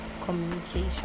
communication